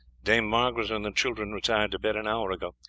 dame margaret and the children retired to bed an hour ago.